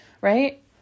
right